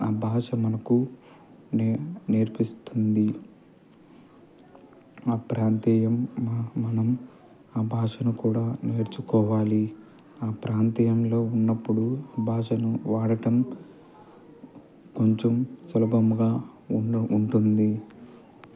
ఆ భాష మనకు నే నేర్పిస్తుంది ఆ ప్రాంతీయం మ మనం ఆ భాషను కూడా నేర్చుకోవాలి ఆ ప్రాంతీయంలో ఉన్నప్పుడు భాషను వాడటం కొంచెం సులభముగా ఉం ఉంటుంది